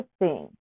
interesting